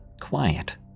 quiet